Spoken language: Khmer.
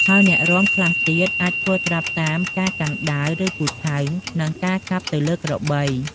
ហើយអ្នករាំខ្លះទៀតអាចធ្វើត្រាប់តាមការកាន់ដាវ ឬពូថៅ និងការកាប់ទៅលើក្របី។